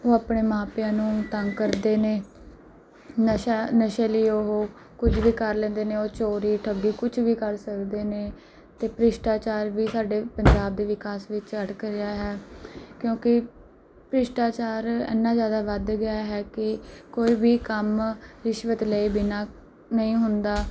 ਉਹ ਆਪਣੇ ਮਾਪਿਆਂ ਨੂੰ ਤੰਗ ਕਰਦੇ ਨੇ ਨਸ਼ਾ ਨਸ਼ੇ ਲਈ ਉਹ ਕੁਝ ਵੀ ਕਰ ਲੈਂਦੇ ਨੇ ਉਹ ਚੋਰੀ ਠੱਗੀ ਕੁਛ ਵੀ ਕਰ ਸਕਦੇ ਨੇ ਅਤੇ ਭ੍ਰਿਸ਼ਟਾਚਾਰ ਵੀ ਸਾਡੇ ਪੰਜਾਬ ਦੇ ਵਿਕਾਸ ਵਿੱਚ ਅਟਕ ਰਿਹਾ ਹੈ ਕਿਉਂਕਿ ਭ੍ਰਿਸ਼ਟਾਚਾਰ ਇੰਨਾ ਜ਼ਿਆਦਾ ਵਧ ਗਿਆ ਹੈ ਕਿ ਕੋਈ ਵੀ ਕੰਮ ਰਿਸ਼ਵਤ ਲਏ ਬਿਨਾਂ ਨਹੀਂ ਹੁੰਦਾ